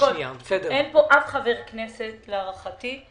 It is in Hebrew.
אין פה אף חבר כנסת, להערכתי,